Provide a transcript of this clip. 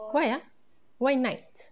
why ah why night